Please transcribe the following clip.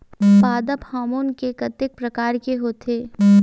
पादप हामोन के कतेक प्रकार के होथे?